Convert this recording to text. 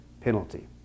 penalty